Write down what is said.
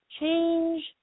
Change